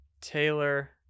taylor